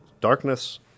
darkness